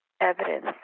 evidence